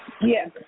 Yes